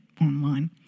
online